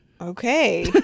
Okay